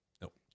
Nope